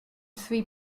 three